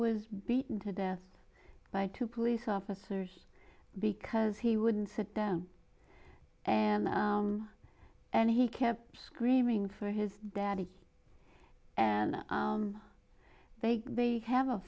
was beaten to death by two police officers because he wouldn't sit down and and he kept screaming for his daddy and they have a